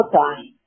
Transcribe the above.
time